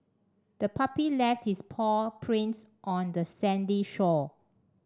the puppy left its paw prints on the sandy shore